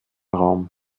raum